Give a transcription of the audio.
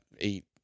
eight